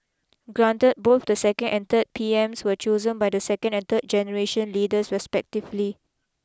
granted both the second and third P Ms were chosen by the second and third generation leaders respectively